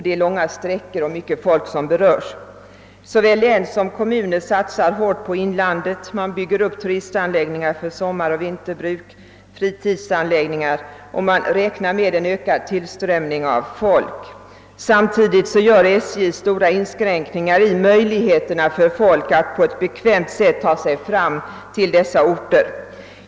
Det är långa sträckor och mycket folk berörs. Såväl län som kommuner satsar hårt på inlandet. Man bygger upp fritidsanläggningar och turistanläggningar för sommaroch vinterbruk, och man räknar med en ökad tillströmning av människor. Samtidigt gör SJ stora inskränkningar i möjligheterna för folk att på ett bekvämt sätt ta sig fram till dessa orter.